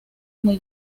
muy